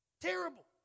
Terrible